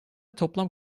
toplam